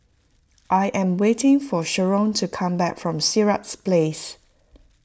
I am waiting for Sherron to come back from Sirat Place